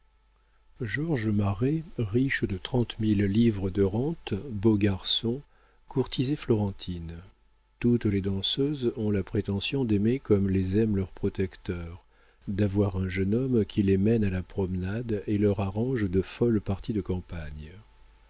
georges marest riche de trente mille livres de rente beau garçon courtisait florentine toutes les danseuses ont la prétention d'aimer comme les aiment leurs protecteurs d'avoir un jeune homme qui les mène à la promenade et leur arrange de folles parties de campagne